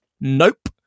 Nope